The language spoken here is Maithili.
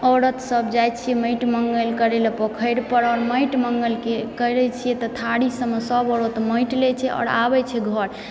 औरत सब जाइ छियै माटि मंगल करै लए पोखरि परमे और माटि मंगल के करै छियै तऽ थारी सबमे सब औरत माटि लै छै और आबै छै घर